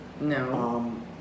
No